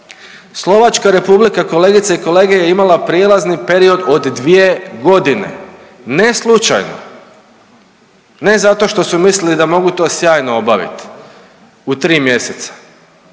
Slovačka Republika, kolegice i kolege je imala prijelazni period od 2 godine. Ne slučajno, ne zato što su mislili da mogu to sjajno obaviti u 3 mjeseca,